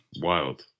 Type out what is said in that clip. wild